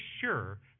sure